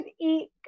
eat